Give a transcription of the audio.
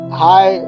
hi